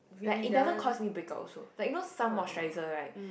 like it doesn't cause me break out also like you know some moisturiser right